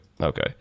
Okay